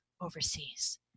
overseas